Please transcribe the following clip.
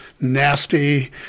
nasty